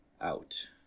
out